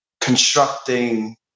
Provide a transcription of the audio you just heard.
Constructing